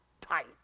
tight